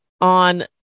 on